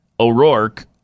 O'Rourke